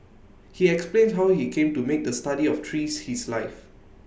he explained how he came to make the study of trees his life